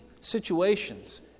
situations